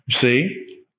see